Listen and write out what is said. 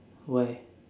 why